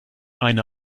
eine